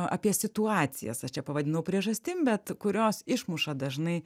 apie situacijas aš čia pavadinau priežastim bet kurios išmuša dažnai